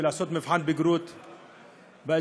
ולעשות מבחן בגרות באזרחות.